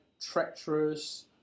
treacherous